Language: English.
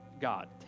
God